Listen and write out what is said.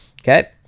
Okay